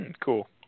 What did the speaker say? Cool